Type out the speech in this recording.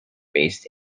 based